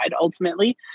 ultimately